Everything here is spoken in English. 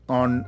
on